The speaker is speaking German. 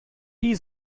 die